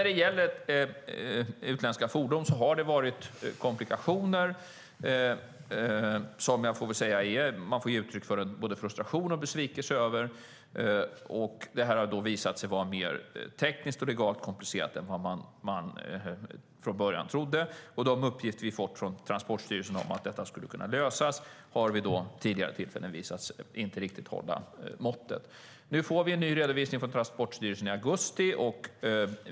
Det har varit komplikationer för utländska fordon som man får ge uttryck för både frustration och besvikelse över. Det har visat sig vara mer tekniskt och legalt komplicerat än vad man från början trodde. De uppgifter vi har fått från Transportstyrelsen om att detta skulle kunna lösas har vid tidigare tillfällen visat sig inte riktigt hålla måttet. Nu får vi en ny redovisning från Transportstyrelsen i augusti.